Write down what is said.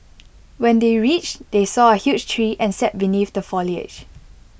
when they reached they saw A huge tree and sat beneath the foliage